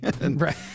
Right